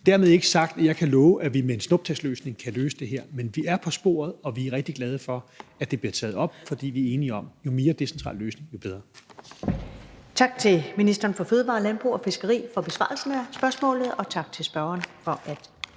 Dermed ikke sagt, at jeg kan love, at vi med en snuptagsløsning kan løse det her. Men vi er på sporet, og vi er rigtig glade for, at det bliver taget op. For vi er enige om, at jo mere decentral løsning jo bedre.